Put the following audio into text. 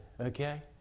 okay